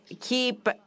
keep